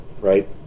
right